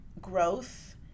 growth